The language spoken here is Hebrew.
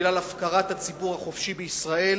בגלל הפקרת הציבור החופשי בישראל,